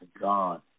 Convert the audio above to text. God